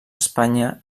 espanya